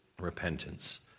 repentance